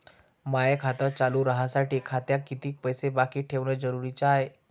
माय खातं चालू राहासाठी खात्यात कितीक पैसे बाकी ठेवणं जरुरीच हाय?